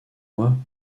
moi